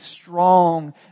strong